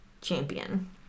champion